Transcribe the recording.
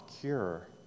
cure